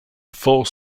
four